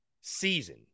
season